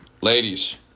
Ladies